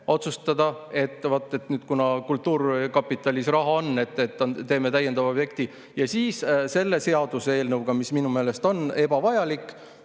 otsustada, et vaat nüüd, kuna kultuurkapitalis raha on, teeme täiendava objekti. Ja selle seaduseelnõuga, mis minu meelest on ebavajalik,